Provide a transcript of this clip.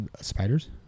spiders